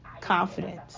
confidence